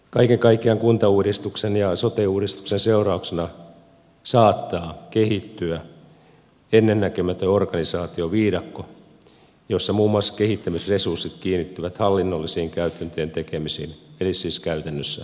kaiken kaikkiaan kuntauudistuksen ja sote uudistuksen seurauksena saattaa kehittyä ennennäkemätön organisaatioviidakko jossa muun muassa kehittämisresurssit kiinnittyvät hallinnollisten käytäntöjen tekemiseen eli siis käytännössä byrokratiaan